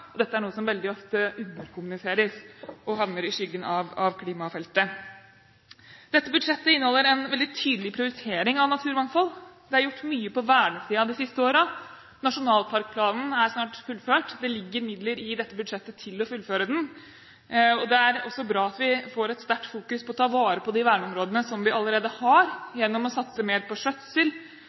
Dette er noe som veldig ofte underkommuniseres og havner i skyggen av klimafeltet. Dette budsjettet inneholder en veldig tydelig prioritering av naturmangfold. Det er gjort mye på vernesiden de siste årene. Nasjonalparkplanen er snart fullført. Det ligger midler i dette budsjettet til å fullføre den. Det er også bra at vi får et sterkt fokus på å ta vare på de verneområdene vi allerede har gjennom å satse mer på skjøtsel,